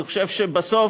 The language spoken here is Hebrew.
אני חושב שבסוף,